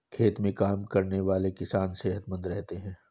खेत में काम करने वाले किसान सेहतमंद रहते हैं